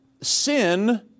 sin